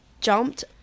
jumped